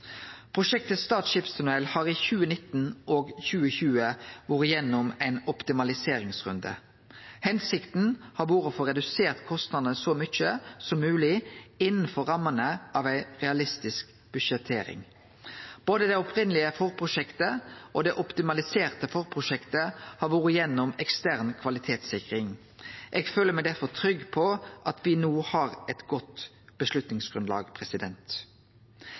Prosjektet Stad skipstunnel har i 2019 og 2020 vore igjennom ein optimaliseringsrunde. Føremålet har vore å få redusert kostnadene så mykje som mogeleg innanfor rammene av ei realistisk budsjettering. Både det opphavlege forprosjektet og det optimaliserte forprosjektet har vore igjennom ekstern kvalitetssikring. Eg føler meg derfor trygg på at me no har eit godt